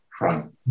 run